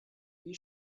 wie